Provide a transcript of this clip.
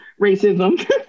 racism